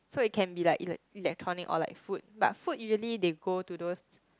so it can be like elect electronic or like food but food usually they go to those